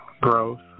growth